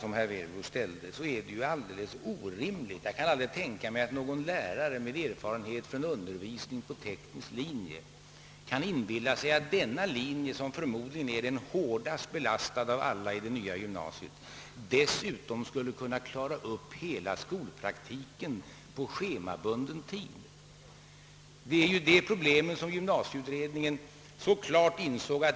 Det är ju alldeles orimligt, och jag kan inte tänka mig att någon lärare med erfarenhet av undervisning på teknisk linje kan inbilla sig det, att denna linje — som förmodligen är den hårdast belastade av alla i det nya gymnasiet — skulle kunna klara upp hela skolpraktiken på schemabunden tid. Det är just det problemet som gymnasieutredningen så klart insåg.